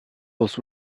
was